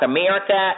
America